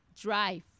drive